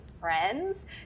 friends